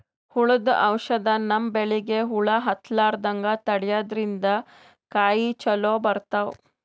ಹುಳ್ದು ಔಷಧ್ ನಮ್ಮ್ ಬೆಳಿಗ್ ಹುಳಾ ಹತ್ತಲ್ಲ್ರದಂಗ್ ತಡ್ಯಾದ್ರಿನ್ದ ಕಾಯಿ ಚೊಲೋ ಬರ್ತಾವ್